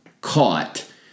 caught